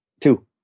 Two